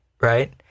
right